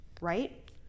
right